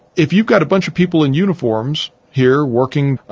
if you've got a bunch of people in uniforms here working,